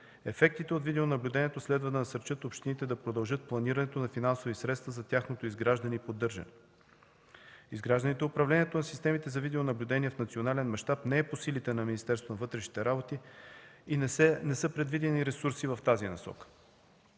Ефектите от видеонаблюдението следва да насърчат общините да продължат планирането на финансови средства за тяхното изграждане и поддържане. Изграждането и управлението на системите за видеонаблюдение в национален мащаб не е по силите на Министерството на вътрешните работи и не са предвидени ресурси в тази насока.